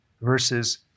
versus